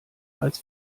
als